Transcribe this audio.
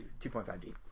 2.5D